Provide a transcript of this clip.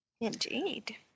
Indeed